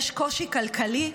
יש קושי כלכלי,